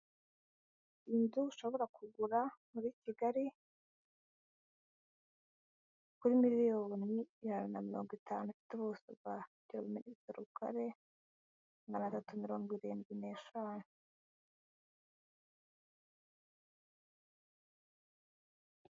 Inzu ushobora kugura muri Kigali, kuri miliyoni ijana na mirongo itanu. Ifite ubuso bwa kilometero kare maganatatu mirongo irindwi n'eshanu.